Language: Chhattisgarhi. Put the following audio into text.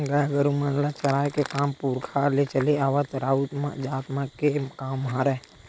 गाय गरु मन ल चराए के काम पुरखा ले चले आवत राउत जात मन के काम हरय